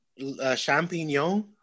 champignon